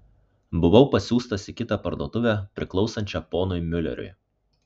buvau pasiųstas į kitą parduotuvę priklausančią ponui miuleriui